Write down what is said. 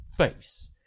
Face